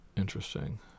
Interesting